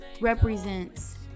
represents